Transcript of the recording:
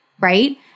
right